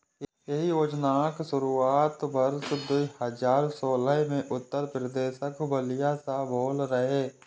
एहि योजनाक शुरुआत वर्ष दू हजार सोलह मे उत्तर प्रदेशक बलिया सं भेल रहै